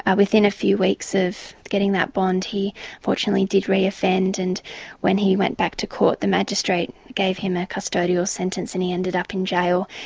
ah within a few weeks of getting that bond, he unfortunately did re-offend, and when he went back to court the magistrate gave him a custodial sentence, and he ended up in jail.